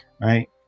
Right